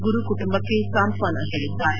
ಗುರು ಕುಟುಂಬಕ್ಕೆ ಸಾಂತ್ವನ ಹೇಳಿದ್ದಾರೆ